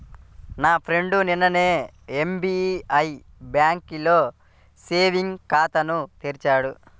నా ఫ్రెండు నిన్ననే ఎస్బిఐ బ్యేంకులో సేవింగ్స్ ఖాతాను తెరిచాడు